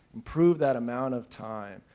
improve that amount of time,